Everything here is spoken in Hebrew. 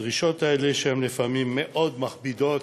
הדרישות האלה, שהן לפעמים מאוד מכבידות,